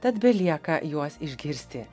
tad belieka juos išgirsti